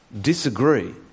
disagree